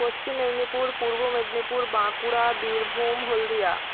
Paschim Medinipur Purba Medinipur Bankura Birbhum Haldia